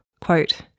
Quote